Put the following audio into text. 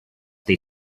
they